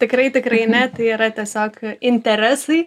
tikrai tikrai ne tai yra tiesiog interesai